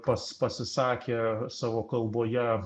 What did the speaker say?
pas pasisakė savo kalboje